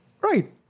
Right